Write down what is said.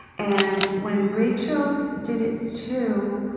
and when rachel did it, too,